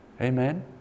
amen